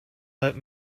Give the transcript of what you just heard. let